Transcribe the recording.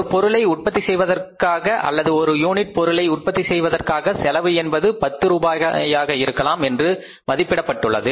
ஒரு பொருளை உற்பத்தி செய்வதற்காக அல்லது ஒரு யூனிட் பொருளை உற்பத்தி செய்வதற்காக செலவு என்பது 10 ரூபாயாக இருக்கலாம் என்று மதிப்பிடப்பட்டுள்ளது